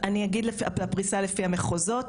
אני אגיד מהי הפריסה לפי המחוזות.